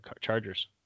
Chargers